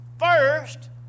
First